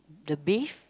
the beef